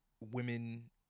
women